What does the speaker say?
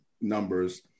numbers